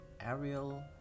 Ariel